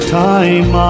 time